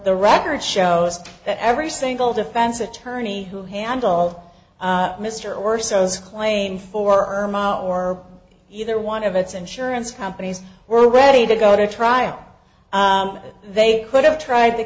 the record shows that every single defense attorney who handle mr or so's claim for erm out for either one of its insurance companies were ready to go to trial they could have tried the